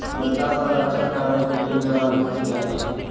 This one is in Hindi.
मृदा संरक्षण करने के लिए मेड़बंदी की जाती है